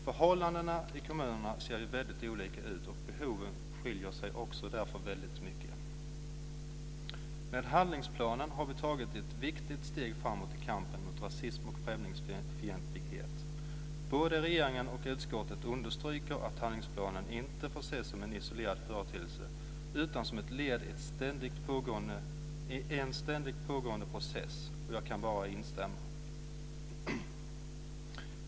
Förhållandena i kommunerna ser ju väldigt olika ut och behoven skiljer sig därför också väldigt mycket. Med handlingsplanen har vi tagit ett viktigt steg framåt i kampen mot rasism och främlingsfientlighet. Både regeringen och utskottet understryker att handlingsplanen inte får ses som en isolerad företeelse utan som ett led i en ständigt pågående process och jag kan bara instämma.